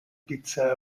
pizza